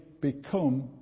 become